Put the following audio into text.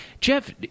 Jeff